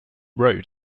road